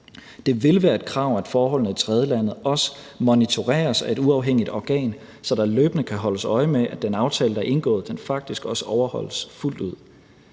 Det vil være et krav, at forholdene i tredjelandet også monitoreres af et uafhængigt organ, så der løbende kan holdes øje med, at den aftale, der er indgået, faktisk også overholdes fuldt ud.